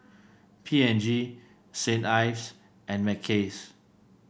P and G Saint Ives and Mackays